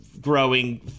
growing